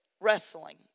wrestling